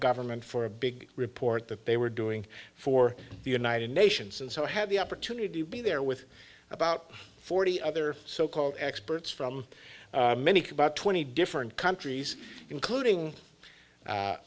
government for a big report that they were doing for the united nations and so i had the opportunity to be there with about forty other so called experts from many can about twenty different countries including